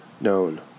known